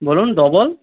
বলুন ডবল